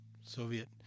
Soviet